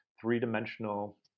three-dimensional